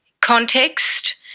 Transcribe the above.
context